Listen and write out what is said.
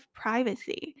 privacy